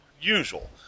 usual